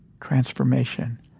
transformation